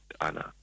Anna